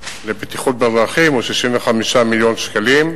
לבטיחות בדרכים הוא 65 מיליון שקלים.